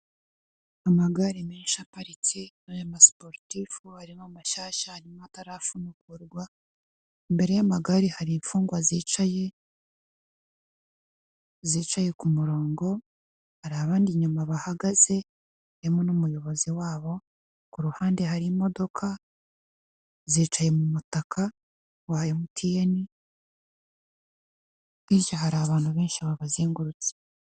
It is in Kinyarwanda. Amagare menshi aparitse harimo ay'amasuporutifu, harimo amashyashya, harimo atarafunukurwa, imbere y'amagare hari imfungwa zicaye, zicaye ku murongo, hari abandi inyuma bahagaze n'umuyobozi wabo, ku ruhande hari imodoka zicaye mu mutaka wa MTN,bityo hari abantu benshi babazengurutse.